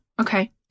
Okay